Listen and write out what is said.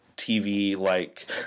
TV-like